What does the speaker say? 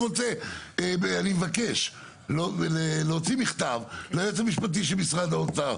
אני מבקש להוציא מכתב ליועץ המשפטי של משרד האוצר,